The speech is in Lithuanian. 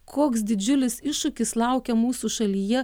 koks didžiulis iššūkis laukia mūsų šalyje